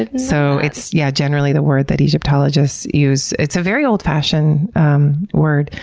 and so, it's yeah generally the word that egyptologists use. it's a very old-fashioned word.